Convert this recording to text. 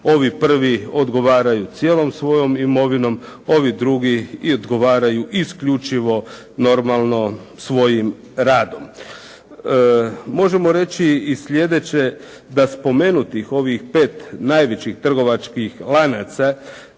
Ovi prvo odgovaraju cijelom svojom imovinom, ovi drugi i odgovaraju isključivo normalno svojim radom. Možemo reći i sljedeće, da spomenutih ovih pet najvećih trgovačkih lanaca